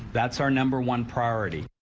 that's our number one priority.